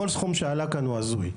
כל סכום שעלה כאן הוא הזוי.